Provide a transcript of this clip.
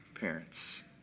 Parents